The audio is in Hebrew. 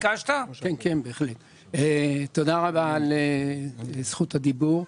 תודה על זכות הדיבור.